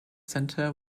center